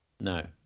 No